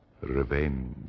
Revenge